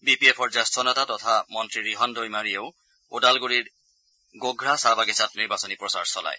B P এফৰ জ্যেষ্ঠ নেতা তথা মন্তী ৰিহন দৈমাৰীয়েও ওদালগুৰিৰ গোঘা চাহ বাগিচাত নিৰ্বাচনী প্ৰচাৰ চলায়